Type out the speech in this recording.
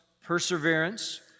perseverance